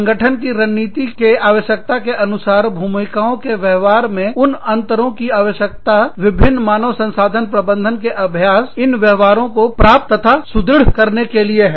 संगठन की रणनीति के आवश्यकता के अनुसार भूमिकाओं के व्यवहार में इन अंतरों की आवश्यकता विभिन्न मानव संसाधन प्रबंधन के अभ्यास इन व्यवहारों को प्राप्त तथा सुदृढ़ करने के लिए है